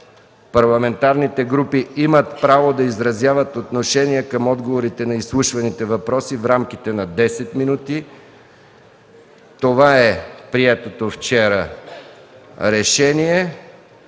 Парламентарните групи имат право да изразяват отношение към изслушваните отговори на въпросите в рамките на 10 минути. Това е приетото вчера решение.